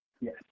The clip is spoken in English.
Yes